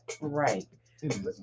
right